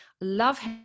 love